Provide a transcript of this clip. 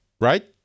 right